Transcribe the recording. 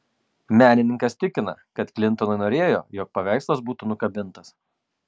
menininkas tikina kad klintonai norėjo jog paveikslas būtų nukabintas